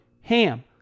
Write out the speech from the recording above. HAM